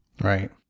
Right